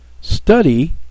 study